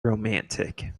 romantic